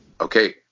Okay